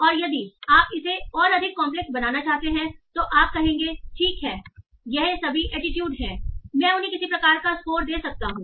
तो और यदि आप इसे और अधिक कॉम्प्लेक्स बनाना चाहते हैं तो आप कहेंगे ठीक है ये सभी एटीट्यूड हैं मैं उन्हें किसी प्रकार का स्कोर दे सकता हूं